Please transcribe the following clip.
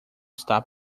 está